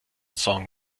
song